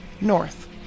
North